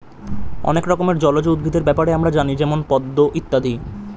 অনেক রকমের জলজ উদ্ভিদের ব্যাপারে আমরা জানি যেমন পদ্ম ইত্যাদি